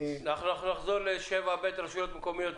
אנחנו נחזור ל-7ב', רשויות מקומיות.